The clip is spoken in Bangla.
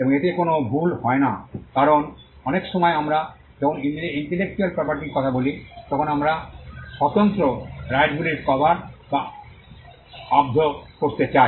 এবং এতে কোনও ভুল হয় না কারণ অনেক সময় আমরা যখন ইন্টেলেকচুয়াল প্রপার্টির কথা বলি তখন আমরা স্বতন্ত্র রাইটসগুলিও কভার বা আবদ্ধ করতে চাই